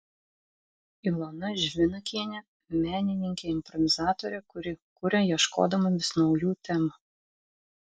ilona žvinakienė menininkė improvizatorė kuri kuria ieškodama vis naujų temų